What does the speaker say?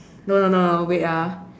no no no no wait ah